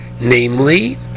namely